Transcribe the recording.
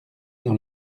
dans